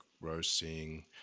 roasting